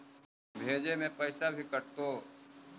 भेजे में पैसा भी कटतै?